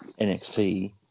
NXT